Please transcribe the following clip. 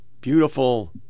beautiful